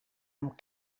amb